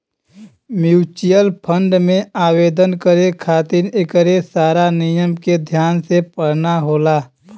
mutual fund में आवेदन करे खातिर एकरे सारा नियम के ध्यान से पढ़ना होला